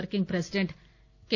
working president K